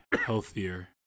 healthier